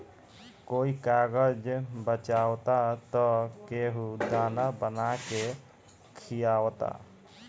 कोई कागज बचावता त केहू दाना बना के खिआवता